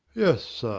yes,